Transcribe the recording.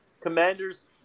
Commanders